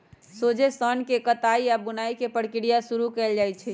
सोझे सन्न के कताई आऽ बुनाई के प्रक्रिया शुरू कएल जाइ छइ